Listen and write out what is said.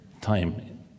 time